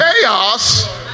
chaos